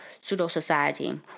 pseudo-society